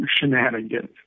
shenanigans